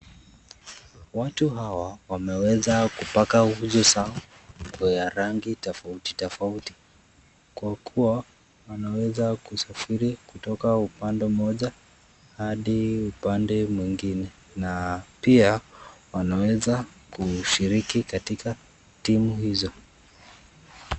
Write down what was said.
Watu hawa wameweza kupaka nyuso zao, kwa rangi tofautitofauti, kwa kuwa wanaweza kusafiri kutoka upande mmoja, hadi upande mwingine, na pia wanaweza kushiriki katika timu hizo.